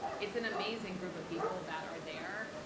it's an amazing group of people that are there.